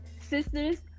sisters